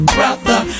brother